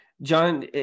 john